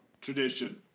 tradition